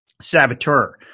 Saboteur